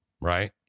right